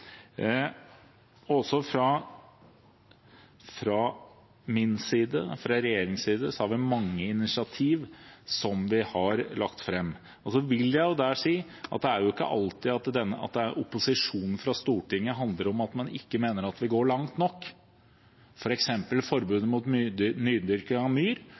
Også fra min side, fra regjeringens side, har vi mange initiativ som vi har lagt fram. Så vil jeg si at det er jo ikke alltid opposisjonen fra Stortinget handler om at man ikke mener at vi går langt nok. For eksempel når det gjelder forbudet mot nydyrking av myr,